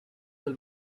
will